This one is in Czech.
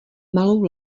malou